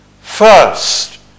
first